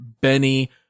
Benny